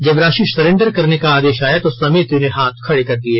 जब राशि सरेंडर करने का आदेश आया तो समिति ने हाथ खड़े कर दिए